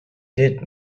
did